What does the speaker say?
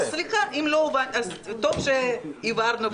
אז סליחה, טוב שהבהרנו.